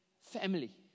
family